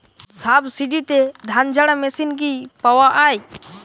সাবসিডিতে ধানঝাড়া মেশিন কি পাওয়া য়ায়?